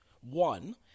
One